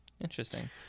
interesting